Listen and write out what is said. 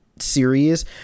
series